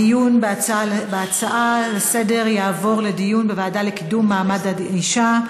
הדיון בהצעה לסדר-היום יועבר לדיון בוועדה לקידום מעמד האישה.